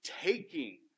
taking